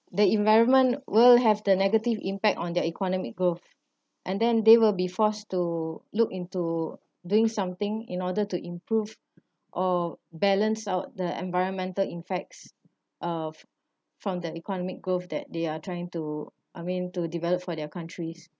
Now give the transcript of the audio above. the environment will have the negative impact on their economic growth and then they will be forced to look into doing something in order to improve or balance out the environmental effects of from the economic growth that they are trying to I mean to develop for their countries